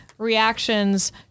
Reactions